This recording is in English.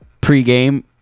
pre-game